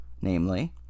namely